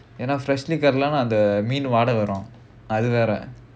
you know freshly cut மீனு வாட வரும் அது வேற:meenu vaada varum adhu vera